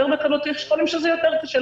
בקלות ויש חולים שאצלם זה יותר קשה,